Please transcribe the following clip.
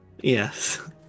Yes